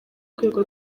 rwego